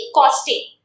costing